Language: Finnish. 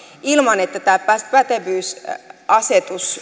ilman että tämä pätevyysasetus